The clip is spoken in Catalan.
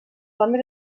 homes